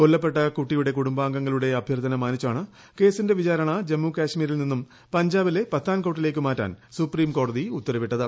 കൊല്ലപ്പെട്ട കുട്ടിയുടെ കുടുംബാംഗങ്ങളുടെ അഭ്യർത്ഥന മാനിച്ചാണ് കേസിന്റെ വിചാരണ ജമ്മു കാശ്മീരിൽ നിന്ന് പഞ്ചാബിലെ പത്താൻകോട്ടിലേക്ക് മാറ്റാൻ സുപ്രീംകോടതി ഉത്തരവിട്ടത്